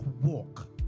walk